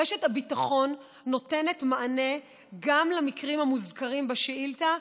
רשת הביטחון נותנת מענה גם למקרים המוזכרים בשאילתה,